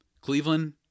Cleveland